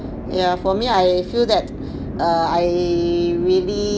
ya for me I feel that err I really